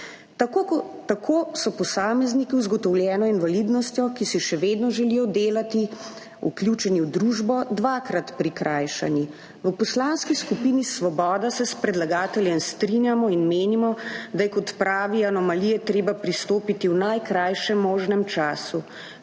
Tako so posamezniki z ugotovljeno invalidnostjo, ki si še vedno želijo delati in biti vključeni v družbo, dvakrat prikrajšani. V Poslanski skupini Svoboda se s predlagateljem strinjamo in menimo, da je k odpravi anomalije treba pristopiti v najkrajšem možnem času.